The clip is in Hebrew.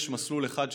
יש מסלול אחד,